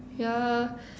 yeah